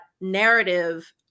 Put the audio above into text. narrative